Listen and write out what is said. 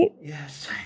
yes